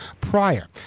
prior